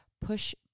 push